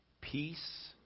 Peace